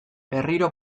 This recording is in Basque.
berriro